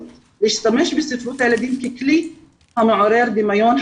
להשתמש בספרות הילדים ככלי המעורר דמיון,